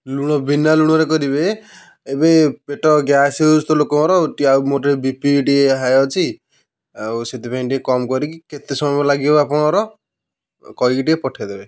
ଲୁଣ ବିନା ଲୁଣରେ କରିବେ ଏବେ ପେଟ ଗ୍ୟାସ୍ ହେଉଛି ତ ଲୋକଙ୍କର ଟିକେ ଆଉ ମୋର ଟିକେ ବି ପି ଟିକେ ହାଇ ଅଛି ଆଉ ସେଥିପାଇଁ ଟିକେ କମ୍ କରିକି କେତେ ସମୟ ଲାଗିବ ଆପଣଙ୍କର କହିକି ଟିକେ ପଠେଇଦେବେ